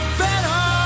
better